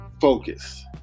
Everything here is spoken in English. focus